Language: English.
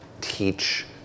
teach